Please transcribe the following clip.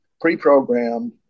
pre-programmed